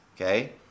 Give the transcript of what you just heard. Okay